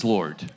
Lord